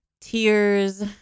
tears